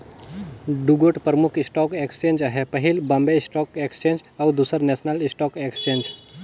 दुगोट परमुख stock exchange अहे पहिल बॉम्बे स्टाक एक्सचेंज अउ दूसर नेसनल स्टॉक एक्सचेंज